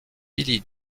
billie